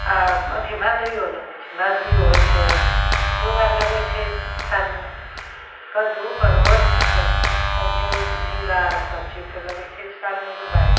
आओर अथी भादो लगबै छै भदबिओ होइ छै एगो दुइ बेर लागै छै सालमे कद्दू परोर ईसब आओर झिङ्ग झिङ्गा आओर सबचीज तऽ लगै छै सालमे दुइ बारी